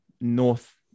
north